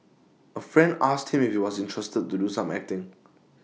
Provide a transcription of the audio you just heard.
A friend asked him if he was interested to do some acting